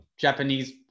Japanese